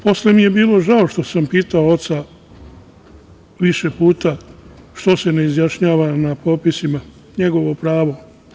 Posle mi je bilo žao što sam pitao oca više puta što se ne izjašnjava na popisima, njegovo pravo.